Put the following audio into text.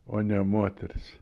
o ne moterys